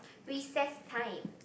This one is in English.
recess time